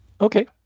okay